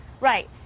Right